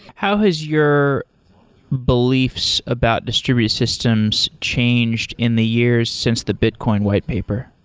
how has your beliefs about distributed systems changed in the years since the bitcoin white paper?